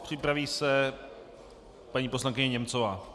Připraví se paní poslankyně Němcová.